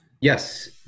Yes